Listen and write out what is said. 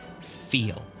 feel